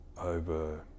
over